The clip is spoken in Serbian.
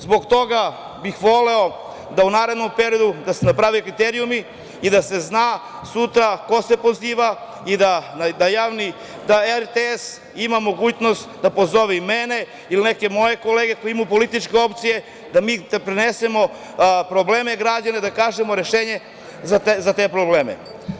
Zbog toga bih voleo da u narednom periodu da se naprave kriterijumi i da se zna sutra ko se poziva i da RTS ima mogućnost da pozove i mene ili neke moje kolege koji imaju političke opcije da mi prenesemo probleme građana da kažemo rešenje za te probleme.